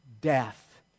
death